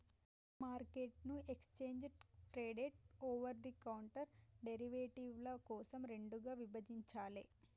మార్కెట్ను exchange traded, over the counter డెరివేటివ్ల కోసం రెండుగా విభజించాలే